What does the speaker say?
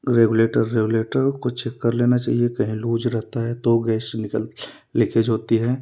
regulator regulator को check कर लेना चाहिए कहीं लूज रहता है तो गैस निकल लीकेज होती हैं